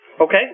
Okay